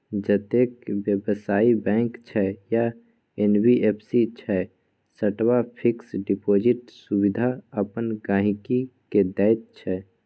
जतेक बेबसायी बैंक छै या एन.बी.एफ.सी छै सबटा फिक्स डिपोजिटक सुविधा अपन गांहिकी केँ दैत छै